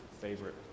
favorite